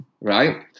right